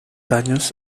daños